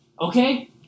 Okay